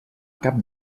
cap